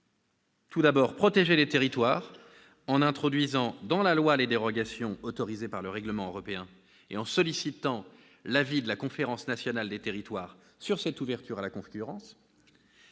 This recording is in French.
approche : protéger les territoires en introduisant dans la loi les dérogations autorisées par le règlement européen et en sollicitant l'avis de la Conférence nationale des territoires sur cette ouverture à la concurrence